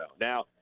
Now